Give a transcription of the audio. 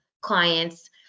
clients